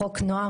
חוק נוער,